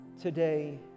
today